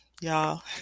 Y'all